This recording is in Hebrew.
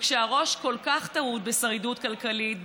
וכשהראש כל כך טרוד בשרידות כלכלית,